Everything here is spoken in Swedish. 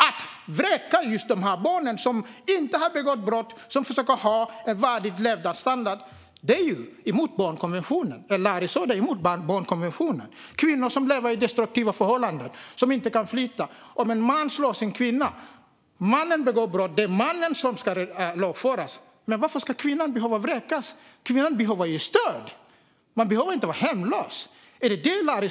Att vräka barn som inte har begått brott och som försöker ha en värdig levnadsstandard går emot barnkonventionen. Är Larry Söder emot barnkonventionen? Det finns kvinnor som lever i destruktiva förhållanden och inte kan flytta. Om mannen slår henne är det mannen som begår brott och ska lagföras. Varför ska kvinnan behöva vräkas? Hon behöver ju stöd, inte bli hemlös.